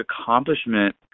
accomplishment